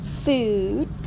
food